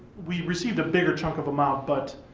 we received a bigger chunk of amount, but